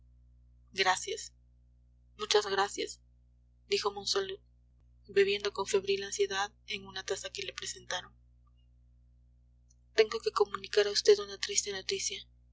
gracias muchas gracias dijo monsalud bebiendo con febril ansiedad en una taza que le presentaron tengo que comunicar a vd una triste noticia